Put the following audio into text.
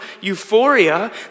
euphoria